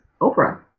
Oprah